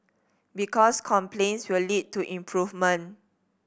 because complaints will lead to improvement